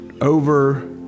over